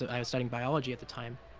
so um studying biology at the time,